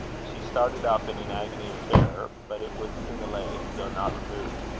she started up in an agony of terror but it was soon allayed, though not removed.